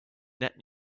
net